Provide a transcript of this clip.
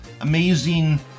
amazing